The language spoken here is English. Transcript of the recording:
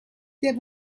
there